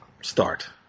start